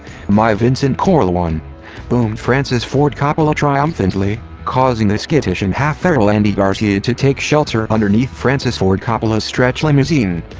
my vincent corleone! boomed francis ford coppola triumphantly, causing the skittish and half feral andy garcia to take shelter underneath francis ford coppola's stretch limousine.